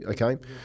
okay